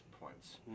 points